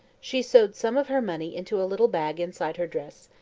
she sewed some of her money into a little bag inside her dress,